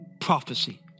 prophecy